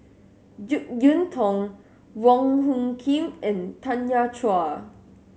Jek Yeun Thong Wong Hung Khim and Tanya Chua